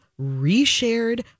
reshared